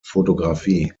fotografie